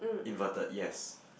inverted yes